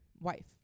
wife